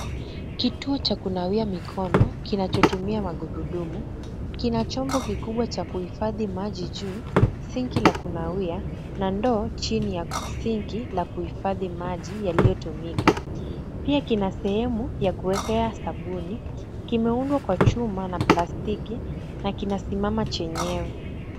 Kituo cha kunawia mikono kinachotumia magurudumu, kina chombo kikubwa cha kuhifadhi maji juu, sinki la kunawia na ndoo chini ya sinki la kuhifadhi maji yaliyotumika. Pia kina sehemu ya kuwekea sabuni. Kimeundwa kwa chuma na plastiki na kinasimama chenyewe.